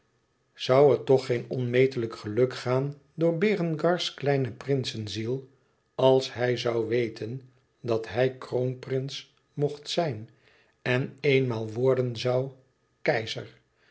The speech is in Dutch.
zoû er toch geen onmetelijk geluk gaan door berengars kleine prinsenziel als hij zoû weten dat hij kroonprins mocht zijn en eenmaal worden zoû keizer